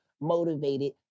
motivated